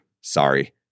Sorry